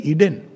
Eden